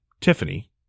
Tiffany